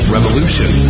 Revolution